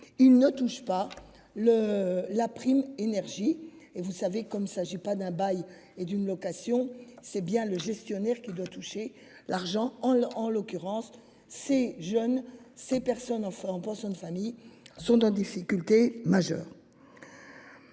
il ne touche pas le la prime énergie et vous savez comme ça j'ai pas d'un bail et d'une location. C'est bien le gestionnaire qui doit toucher l'argent en l'occurrence, ces jeunes, ces personnes en faisant en pension de famille sont en difficulté majeure.